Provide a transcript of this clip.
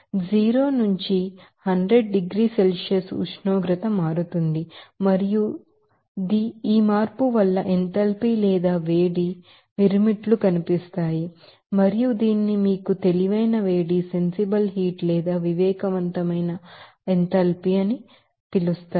0 నుంచి 100 డిగ్రీల సెల్సియస్ ఉష్ణోగ్రత మారుతుంది మరియు దీని వల్ల మార్పు ఎంథాల్పీ లేదా వేడి మిరుమిట్లు కనిపిస్తాయి మరియు దీనిని మీకు తెలివైన వేడి లేదా వివేకవంతమైన ఎంథాల్పీ అని అంటారు